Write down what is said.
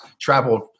traveled